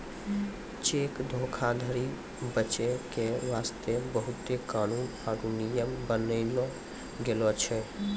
cheque धोखाधरी बचै के बास्ते बहुते कानून आरु नियम बनैलो गेलो छै